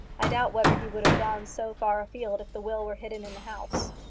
i doubt whether he would have gone so far afield if the will were hidden in the house.